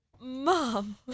mom